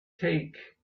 take